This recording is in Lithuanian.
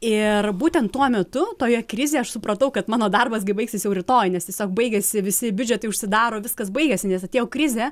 ir būtent tuo metu toje krizėje aš supratau kad mano darbas gi baigsis jau rytoj nes tiesiog baigėsi visi biudžetai užsidaro viskas baigėsi nes atėjo krizė